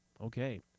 Okay